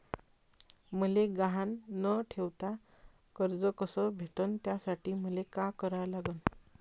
मले गहान न ठेवता कर्ज कस भेटन त्यासाठी मले का करा लागन?